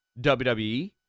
WWE